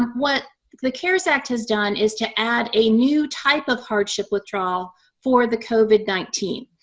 what the cares act has done is to add a new type of hardship withdrawal for the covid nineteen.